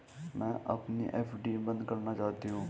मैं अपनी एफ.डी बंद करना चाहती हूँ